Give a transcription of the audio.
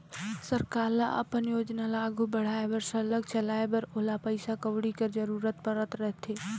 सरकार ल अपन योजना ल आघु बढ़ाए बर सरलग चलाए बर ओला पइसा कउड़ी कर जरूरत परत रहथे